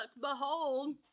behold